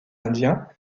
indien